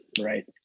Right